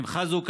שמחה זו,